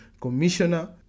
commissioner